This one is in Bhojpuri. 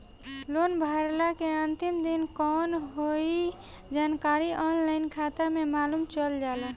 लोन भरला के अंतिम दिन कवन हवे इ जानकारी ऑनलाइन खाता में मालुम चल जाला